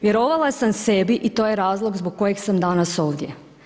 Vjerovala sam sebi i to je razlog, zbog kojeg sam danas ovdje.